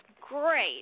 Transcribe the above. great